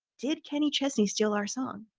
did kenny chesney steal our song?